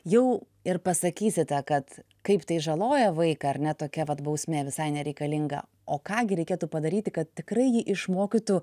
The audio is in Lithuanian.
jau ir pasakysite kad kaip tai žaloja vaiką ar ne tokia vat bausmė visai nereikalinga o ką gi reikėtų padaryti kad tikrai jį išmokytų